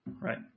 Right